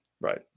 Right